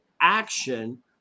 action